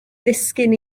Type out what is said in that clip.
ddisgyn